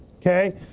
Okay